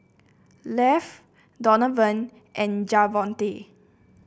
Leif Donavon and Javonte